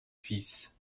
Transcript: fils